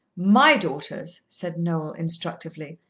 my daughters, said noel instructively,